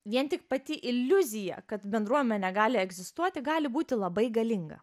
vien tik pati iliuzija kad bendruomenė gali egzistuoti gali būti labai galinga